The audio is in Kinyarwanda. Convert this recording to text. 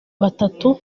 batatu